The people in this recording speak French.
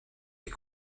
est